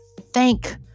thank